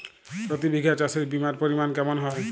প্রতি বিঘা চাষে বিমার পরিমান কেমন হয়?